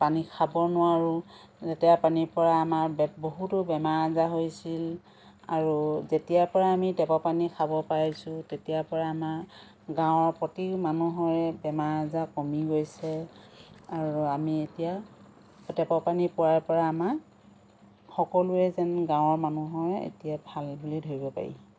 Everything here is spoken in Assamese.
পানী খাব নোৱাৰোঁ লেতেৰা পানীৰ পৰা আমাৰ বহুতো বেমাৰ আজাৰ হৈছিল আৰু যেতিয়াৰ পৰা আমি টেপৰ পানী খাব পাইছোঁ তেতিয়াৰ পৰা আমাৰ গাঁৱৰ প্ৰতি মানুহৰে বেমাৰ আজাৰ কমি গৈছে আৰু আমি এতিয়া টেপৰ পানী পোৱাৰ পৰা আমাৰ সকলোৰে যেন গাঁৱৰ মানুহৰ এতিয়া ভাল বুলিয়েই ধৰিব পাৰি